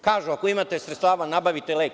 Kažu, ako imate sredstava nabavite lek.